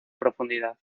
profundidad